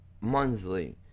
monthly